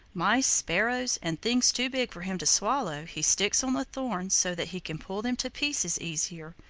mice, sparrows, and things too big for him to swallow he sticks on the thorns so that he can pull them to pieces easier.